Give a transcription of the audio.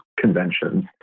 conventions